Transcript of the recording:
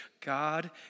God